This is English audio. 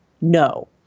No